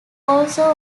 also